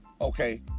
okay